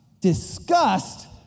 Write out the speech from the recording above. disgust